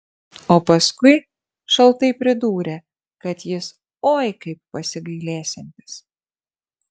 o paskui šaltai pridūrė kad jis oi kaip pasigailėsiantis